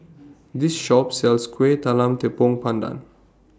This Shop sells Kuih Talam Tepong Pandan